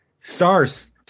Stars